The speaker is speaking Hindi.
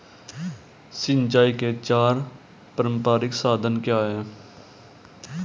सिंचाई के चार पारंपरिक साधन क्या हैं?